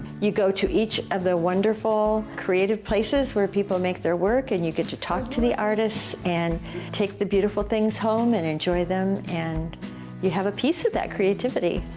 you go to each of the wonderful, creative places where people make their work. and you get to talk to the artists and take the beautiful things home and enjoy them and you have a piece of that creativity.